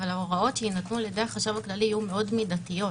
אבל ההוראות שיינתנו על-ידי החשכ"ל יהיו מאוד מידתיות.